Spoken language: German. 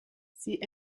sie